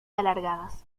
alargadas